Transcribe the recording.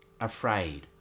afraid